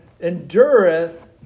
endureth